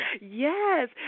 Yes